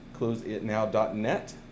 closeitnow.net